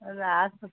जालें आसूं